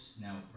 now